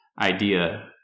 idea